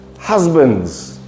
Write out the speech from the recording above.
husbands